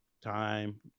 time